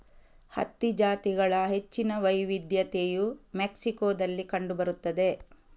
ಹತ್ತಿ ಜಾತಿಗಳ ಹೆಚ್ಚಿನ ವೈವಿಧ್ಯತೆಯು ಮೆಕ್ಸಿಕೋದಲ್ಲಿ ಕಂಡು ಬರುತ್ತದೆ